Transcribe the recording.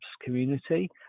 community